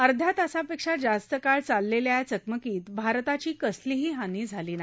अध्या तासापेक्षा जास्त काळ चाललेल्या या चकमकीत भारताची कसलीही हानी झाली नाही